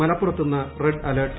മലപ്പുറത്ത് ഇന്ന് red alert